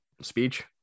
speech